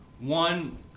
one